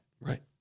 Right